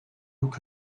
could